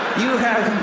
you have